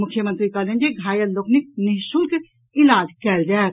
मुख्यमंत्री कहलनि जे घायल लोकनिक निःशुल्क इलाज कयल जायत